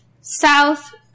south